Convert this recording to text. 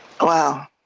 Wow